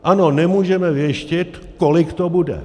Ano, nemůžeme věštit, kolik to bude.